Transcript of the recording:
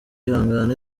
ihangane